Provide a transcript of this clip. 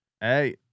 Hey